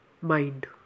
mind